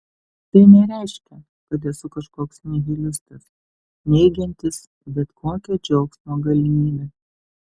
tai nereiškia kad esu kažkoks nihilistas neigiantis bet kokią džiaugsmo galimybę